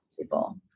people